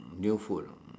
new food ah